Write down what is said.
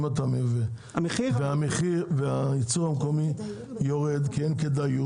אם אתה מייבא והייצור המקומי יורד כי אין כדאיות,